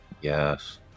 Yes